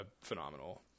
phenomenal